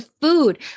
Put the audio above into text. food